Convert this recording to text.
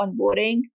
onboarding